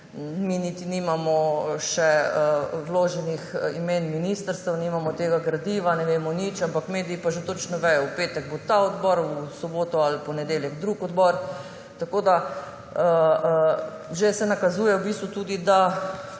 mi niti še nimamo vloženih imen ministrstev, nimamo tega gradiva, ne vemo nič, mediji pa že točno vedo, v petek bo ta odbor, v soboto ali v ponedeljek drug odbor. Tako da se že nakazuje, da